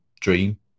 dream